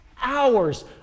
hours